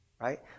right